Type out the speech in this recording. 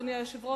אדוני היושב-ראש,